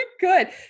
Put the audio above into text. good